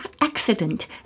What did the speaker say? accident